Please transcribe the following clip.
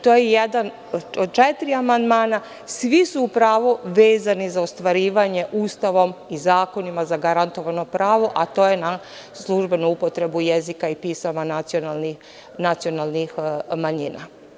To je jedan od četiri amandmana, a svi su upravo vezani za ostvarivanje Ustavom i zakonom zagarantovanih prava, a to je službena upotreba jezika i pisma nacionalnih manjina.